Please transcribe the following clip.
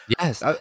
Yes